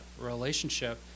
relationship